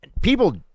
people